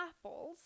apples